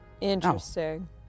Interesting